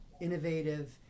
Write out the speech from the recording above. innovative